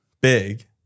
Big